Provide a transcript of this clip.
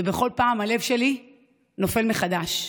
ובכל פעם הלב שלי נופל מחדש.